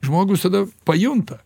žmogus tada pajunta